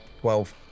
Twelve